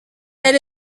elle